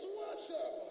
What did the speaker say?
worship